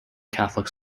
catholic